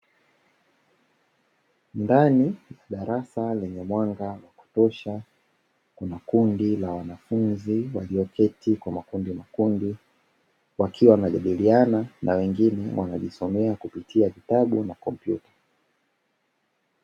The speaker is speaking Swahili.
Ndani ya darasa lenye mwanga wa kutosha kuna kundi la wanafunzi, walioketi kwa makundimakundi, wakiwa wanajadiliana na wengine wanajisomea kupitia vitabu na kompyuta.